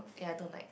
and I don't like